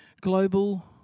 global